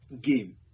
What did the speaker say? game